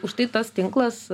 už tai tas tinklas